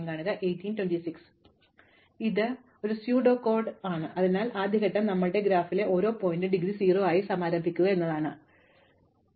അതിനാൽ ഇതാ അനുബന്ധ കപട കോഡ് അതിനാൽ ആദ്യ ഘട്ടം ഞങ്ങളുടെ ഗ്രാഫിലെ ഓരോ ശീർഷകത്തിനും ഡിഗ്രി 0 ആയി സമാരംഭിക്കുക എന്നതാണ് തുടർന്ന് ഞങ്ങൾ എല്ലാ അരികുകളിലൂടെയും പോകുന്നു